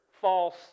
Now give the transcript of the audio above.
false